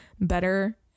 better